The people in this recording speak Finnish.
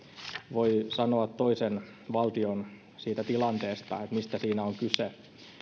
voi sanoa toisen valtion tilanteesta mistä siinä on kyse